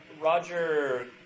Roger